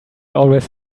always